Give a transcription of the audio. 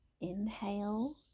Inhale